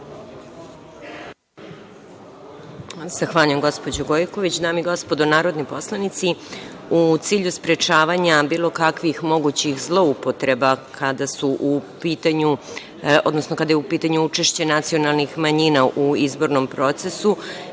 Zahvaljujem, gospođo Gojković. Dame i gospodo narodni poslanici, u cilju sprečavanja bilo kakvih mogućih zloupotreba kada je u pitanju učešće nacionalnih manjina u izbornom procesu